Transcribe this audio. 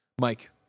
Mike